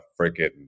freaking